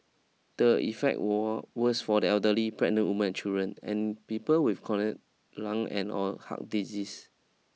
the effect wall worse for the elderly pregnant woman and children and people with chronic lung and or heart disease